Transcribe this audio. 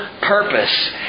purpose